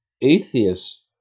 atheists